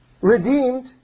redeemed